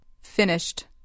Finished